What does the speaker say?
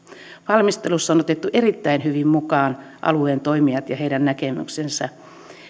valmistelussa on otettu erittäin hyvin mukaan alueen toimijat ja heidän näkemyksensä